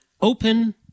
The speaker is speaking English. open